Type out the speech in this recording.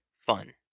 fun